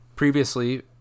Previously